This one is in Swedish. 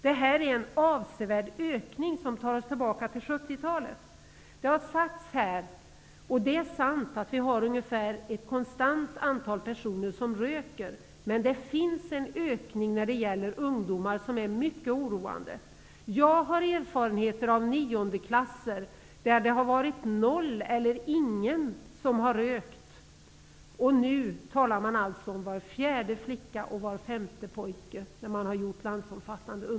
Det här är en avsevärd ökning, som tar oss tillbaka till 70-talet. Det har sagts här, och det är sant, att vi har ungefär ett konstant antal personer som röker. Men det finns en ökning när det gäller ungdomar som är mycket oroande. Jag har erfarenheter av niondeklasser där ingen har rökt. Nu talar man, efter landsomfattande undersökningar, om var fjärde flicka och var femte pojke.